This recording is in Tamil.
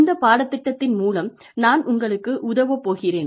இந்த பாடத்திட்டத்தின் மூலம் நான் உங்களுக்கு உதவப் போகிறேன்